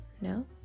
no